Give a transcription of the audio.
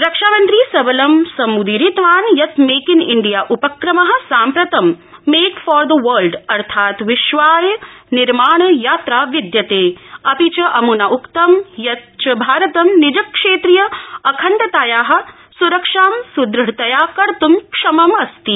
रक्षामन्त्री सबलं समुपीरितवान् यत् मेक इन इण्डिया उपक्रम साम्प्रतं मेक फॉर वर्ल्ड अर्थात् विश्वाय निर्माण यात्रा विद्यते अपि च अमूना उक्तं यत् च भारतं निज क्षेत्रीय अखण्डताया स्रक्षां सुदृढतया कर्तम् क्षमम् अस्ति